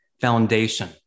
foundation